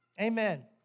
Amen